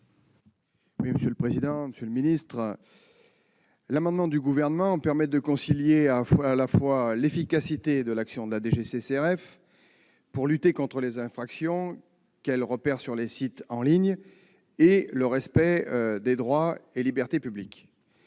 à M. le rapporteur pour avis. L'amendement du Gouvernement permet de concilier à la fois l'efficacité de l'action de la DGCCRF pour lutter contre les infractions qu'elle repère sur les sites en ligne et le respect des droits et libertés publiques.